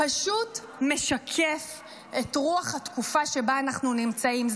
פשוט משקף את רוח התקופה שבה אנחנו נמצאים.